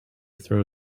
throw